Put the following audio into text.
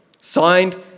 signed